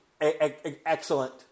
excellent